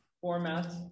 format